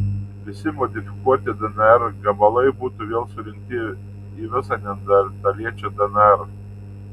visi modifikuoti dnr gabalai būtų vėl surinkti į visą neandertaliečio dnr